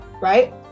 Right